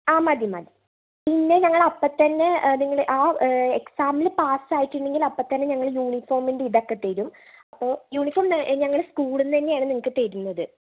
അ മതി മതി പിന്നെ ഞങ്ങൾ അപ്പം തന്നെ എക്സാമില് പാസ് ആയിട്ടുണ്ടെങ്കിൽ അപ്പം തന്നെ ഞങ്ങള് യൂണിഫോമിന്റെ ഇതൊക്കെ തരും യൂണിഫോം ഞങ്ങള് സ്കൂളിൽ നിന്നുതന്നെ ആണ് നിങ്ങൾക്ക് തരുന്നത്